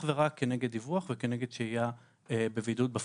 ורק כנגד דיווח וכנגד שהייה בבידוד בפועל.